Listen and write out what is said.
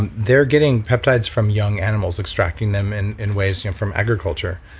and they're getting peptides from young animals, extracting them and in ways you know from agriculture,